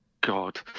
god